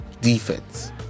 Defense